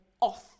off